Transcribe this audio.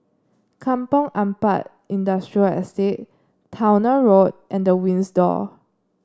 Kampong Ampat Industrial Estate Towner Road and The Windsor